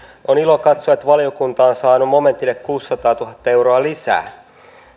on ilo katsoa että valiokunta on saanut momentille kuusisataatuhatta euroa lisää